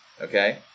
okay